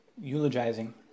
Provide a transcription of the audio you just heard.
eulogizing